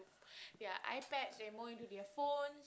their iPads they're more into their phones